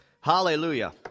Hallelujah